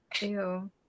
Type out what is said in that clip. Ew